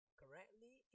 correctly